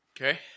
Okay